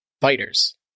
fighters